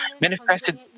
manifested